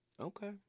Okay